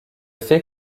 fait